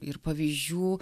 ir pavyzdžių